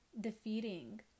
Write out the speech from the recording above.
defeating